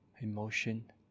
emotion